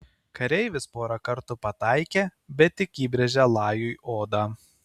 kareivis porą kartų pataikė bet tik įbrėžė lajui odą